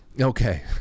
Okay